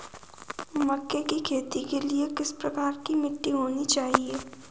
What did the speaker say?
मक्के की खेती के लिए किस प्रकार की मिट्टी होनी चाहिए?